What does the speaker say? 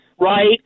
right